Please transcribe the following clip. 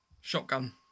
shotgun